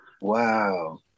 Wow